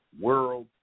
World